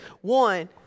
One